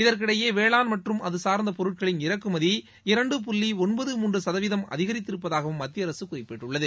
இதற்கிடையே வேளாண் மற்றும் அதுசார்ந்தபொருட்களின் இறக்குமதி இரண்டு புள்ளிஒன்பது மூன்றுசதவீதம் அதிகரித்திருப்பதாகவும் மத்தியஅரசுகுறிப்பிட்டுள்ளது